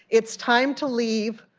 it's time to leave.